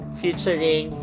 featuring